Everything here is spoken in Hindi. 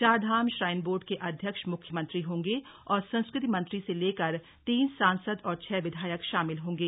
चारधाम श्राइन बोर्ड के अध्यक्ष मुख्यमंत्री होंगे और संस्कृति मंत्री से लेकर तीन सांसद और छह विधायक शामिल होंगे